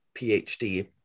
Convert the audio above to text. PhD